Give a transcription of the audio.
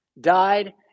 died